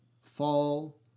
fall